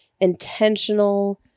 intentional